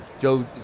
Joe